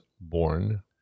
born